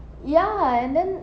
ya and then